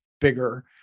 bigger